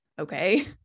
Okay